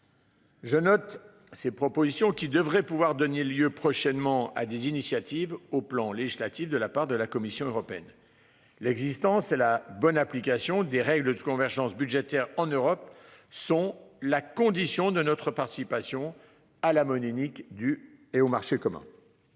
Je note ces propositions qui devraient pouvoir donner lieu prochainement à des initiatives au plan législatif de la part de la Commission européenne l'existence et la bonne application des règles de convergence budgétaire en Europe sont la condition de notre participation à la monnaie unique du et au marché commun.